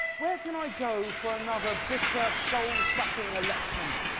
where can i go for another bitter, soul-sucking election?